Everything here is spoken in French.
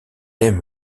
aime